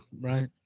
right